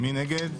מי נגד?